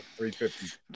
350